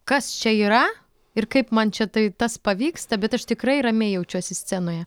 kas čia yra ir kaip man čia tai tas pavyksta bet aš tikrai ramiai jaučiuosi scenoje